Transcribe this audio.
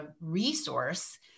resource